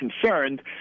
concerned